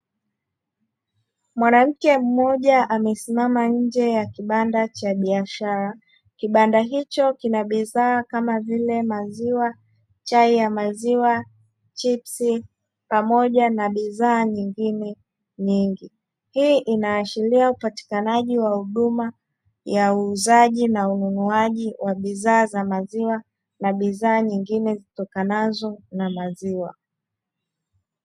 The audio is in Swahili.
Mwanamke mmoja amesimama nje ya kibanda cha biashara kibamda hicho kina bidhaa kama vile maziwa, chai ya maziwa chipsi pamoja na bidhaa nyingi. Hii inaashiria upatikanaji wa huduma ya uuzaji na ununuaji wa bidhaa za maziwa na bidhaa nyingine zitokanazo na maziwa.